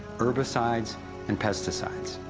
herbicides and pesticides.